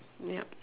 ya